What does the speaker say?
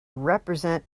represent